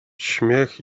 śmiech